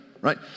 right